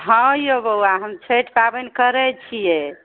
हँ औ बौआ हम छइठ पाबनि करै छिए